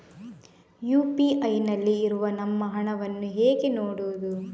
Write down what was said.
UPI ನಲ್ಲಿ ಇರುವ ನಮ್ಮ ಹಣವನ್ನು ಹೇಗೆ ನೋಡುವುದು?